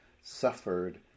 suffered